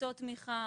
קבוצות תמיכה,